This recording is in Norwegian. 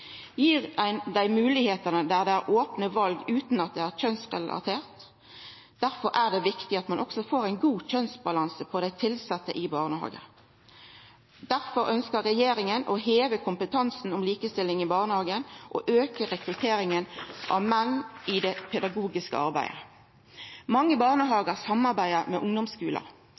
Gir ein dei moglegheitene der det er opne val, utan at det er kjønnsrelatert? Difor er det viktig at ein også får ein god kjønnsbalanse blant dei tilsette i barnehagane. Difor ønskjer regjeringa å heva kompetansen om likestilling i barnehagen og auka rekrutteringa av menn i det pedagogiske arbeidet. Mange barnehagar samarbeider med ungdomsskular,